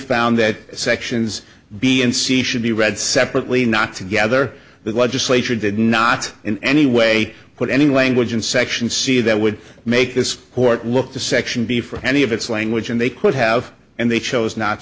found that sections b and c should be read separately not together the legislature did not in any way put any language in section see that would make this court look to section b for any of its language and they could have and they chose not